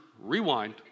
Rewind